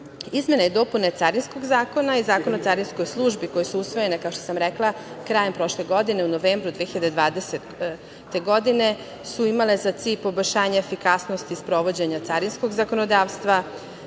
97%.Izmene i dopune Carinskog zakona i Zakona o carinskoj službi, koje su usvojene krajem prošle godine, u novembru 2020. godine, su imale za cilj poboljšanje efikasnosti sprovođenja carinskog zakonodavstva.